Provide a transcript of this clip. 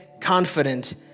confident